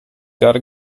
gotta